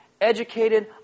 educated